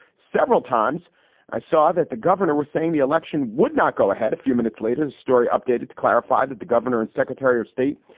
several times i saw that the governor were saying the election would not go ahead. a few minutes later, the story updated to clarify that the governor and secretary of state.